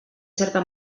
certa